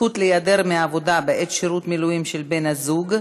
(זכות להיעדר מעבודה בעת שירות מילואים של בן-הזוג),